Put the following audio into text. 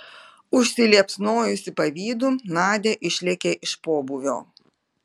užsiliepsnojusi pavydu nadia išlėkė iš pobūvio